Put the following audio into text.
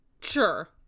Sure